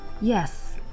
Yes